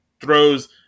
throws